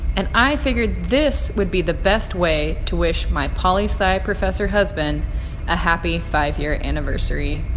and i figured this would be the best way to wish my poli-sci professor husband a happy five-year anniversary.